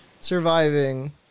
surviving